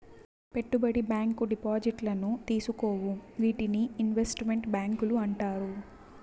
పెట్టుబడి బ్యాంకు డిపాజిట్లను తీసుకోవు వీటినే ఇన్వెస్ట్ మెంట్ బ్యాంకులు అంటారు